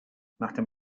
nachdem